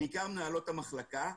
בעיקר מנהלות המחלקה.